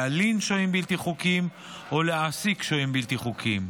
להלין שוהים בלתי חוקיים או להעסיק שוהים בלתי חוקיים.